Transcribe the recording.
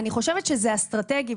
אני חושבת שזה אסטרטגי,